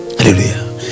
Hallelujah